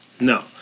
No